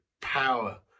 power